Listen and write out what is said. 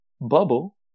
bubble